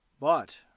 But